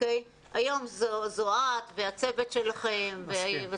היום זו את והצוות שלכם,